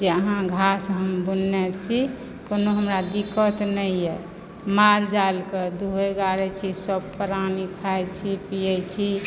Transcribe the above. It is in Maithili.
जे अहाँ घास हम बुनने छी कुनू हमरा दिक्कत नहि यऽ मालजालकऽ दुहै गाड़ैत छी सभ प्राणी खाइ छी पियै छी